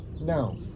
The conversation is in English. No